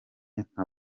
nka